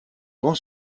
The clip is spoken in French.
grand